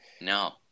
No